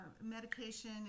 medication